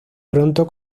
pronto